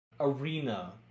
arena